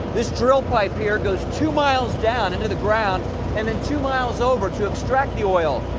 this drill pipe here goes two miles down into the ground and then two miles over to extract the oil.